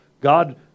God